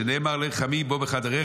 שנאמר: 'לך עימי בא בחדרים',